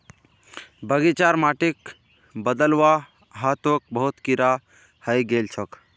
बगीचार माटिक बदलवा ह तोक बहुत कीरा हइ गेल छोक